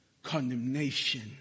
condemnation